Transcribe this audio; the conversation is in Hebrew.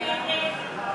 ההסתייגויות לסעיף 10, המטה